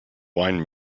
wine